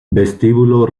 vestíbulo